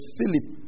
Philip